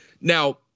now